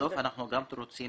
בסוף, אנחנו גם רוצים